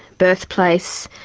birthplace,